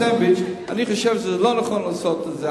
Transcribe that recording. סנדוויץ' אני חושב שלא נכון לעשות את זה,